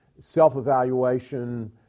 self-evaluation